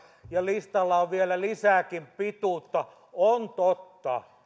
ja listalla on vielä lisääkin pituutta on totta